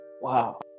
wow